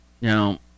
Now